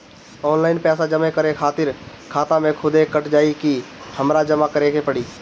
Online पैसा जमा करे खातिर खाता से खुदे कट जाई कि हमरा जमा करें के पड़ी?